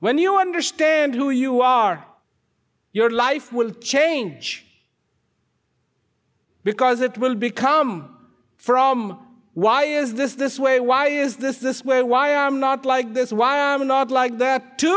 when you understand who you are your life will change because it will become from why is this this way why is this this way why i am not like this why am i not like that to